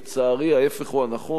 לצערי, ההיפך הוא הנכון.